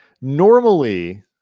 Normally